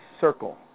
circle